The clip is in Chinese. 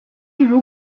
例如